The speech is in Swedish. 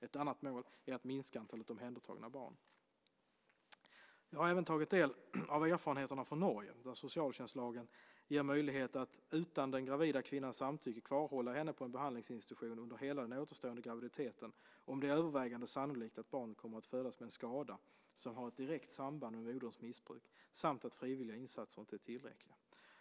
Ett annat mål är att minska antalet omhändertagna barn. Jag har även tagit del av erfarenheterna från Norge, där socialtjänstlagen ger möjlighet att utan den gravida kvinnans samtycke kvarhålla henne på en behandlingsinstitution under hela den återstående graviditeten om det är övervägande sannolikt att barnet kommer att födas med en skada som har ett direkt samband med moderns missbruk samt att frivilliga insatser inte är tillräckliga.